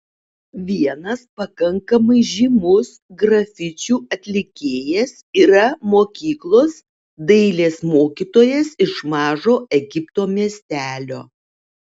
vienas pakankamai žymus grafičių atlikėjas yra mokyklos dailės mokytojas iš mažo egipto miestelio